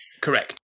correct